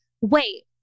wait